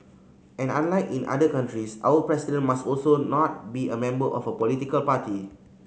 and unlike in other countries our President must also not be a member of a political party